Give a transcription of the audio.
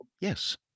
Yes